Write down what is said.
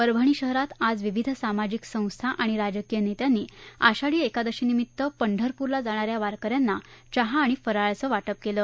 परभणी शहरात आज विविध सामाजिक संस्था आणि राजकीय नेत्यांनी आषाढी एकादशीनिमित्त पंढरपूरला जाणाऱ्या वारकऱ्यांना चहा आणि फराळाचं वा पि केलं